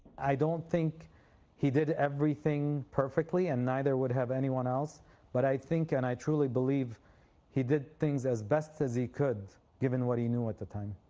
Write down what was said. i don't think he did everything perfectly and neither would have anyone else but i think and truly believe he did things as best as he could given what he knew at the time.